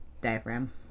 diaphragm